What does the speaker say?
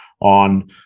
on